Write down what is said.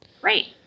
Great